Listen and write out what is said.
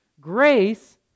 Grace